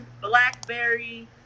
blackberry